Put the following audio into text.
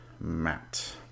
Matt